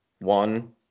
one